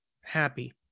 happy